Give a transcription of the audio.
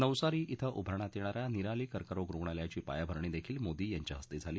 नवसारी इथं उभारण्यात येणा या निराली कर्करोग रुग्णालयाची पायाभरणी देखील मोदी यांच्या हस्ते झाली